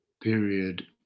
period